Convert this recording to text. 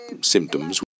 symptoms